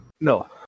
No